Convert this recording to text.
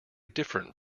different